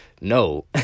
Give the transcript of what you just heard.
no